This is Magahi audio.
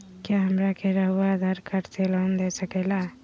क्या हमरा के रहुआ आधार कार्ड से लोन दे सकेला?